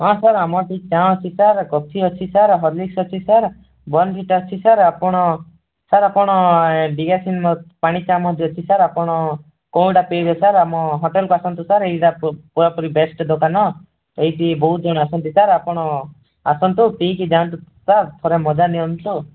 ହଁ ସାର୍ ଆମର ସେଇ ଚା ଅଛି ସାର୍ କଫି ଅଛି ସାର୍ ହର୍ଲିକ୍ସ ଅଛି ସାର୍ ବର୍ନଭିଟା ଅଛି ସାର୍ ଆପଣ ସାର୍ ଆପଣ ଏ ଡିଆସିନ ଆଉ ପାଣି ସାର୍ ମୁଁ ଦେବି ସାର୍ ଆପଣ କୋଉଟା ପିଇବେ ସାର୍ ଆମ ହୋଟେଲ୍କୁ ଆସନ୍ତୁ ସାର୍ ଏଇଟା ପୂରାପୂରି ବେଷ୍ଟ ଦୋକାନ ଏଇଠି ବହୁତ ଜଣ ଆସନ୍ତି ସାର୍ ଆପଣ ଆସନ୍ତୁ ପିଇକି ଯାଆନ୍ତୁ ସାର୍ ଥରେ ମଜାନିଅନ୍ତୁ ତ